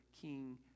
King